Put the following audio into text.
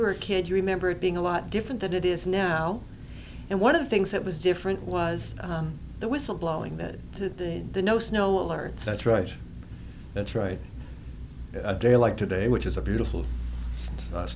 were a kid you remember it being a lot different than it is now and one of the things that was different was the whistle blowing that they know snow alerts that's right that's right a day like today which is a beautiful